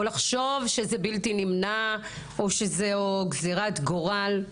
לחשוב שזה בלתי נמנע או שזה גזירת גורל.